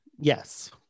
yes